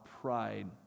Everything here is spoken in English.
pride